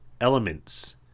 elements